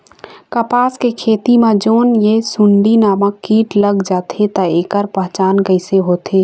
कपास के खेती मा जोन ये सुंडी नामक कीट लग जाथे ता ऐकर पहचान कैसे होथे?